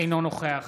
אינו נוכח